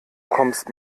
kommst